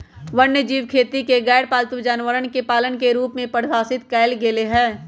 वन्यजीव खेती के गैरपालतू जानवरवन के पालन के रूप में परिभाषित कइल गैले है